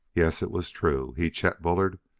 yes, it was true! he, chet bullard,